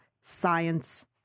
science